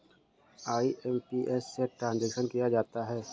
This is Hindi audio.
आई.एम.पी.एस से ट्रांजेक्शन किया जाता है